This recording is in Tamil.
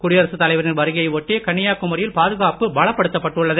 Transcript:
குடியரசு தலைவரின் வருகையை ஒட்டி கன்னியாகுமரியில் பாதுகாப்பு பலப்படுத்தப்பட்டுள்ளது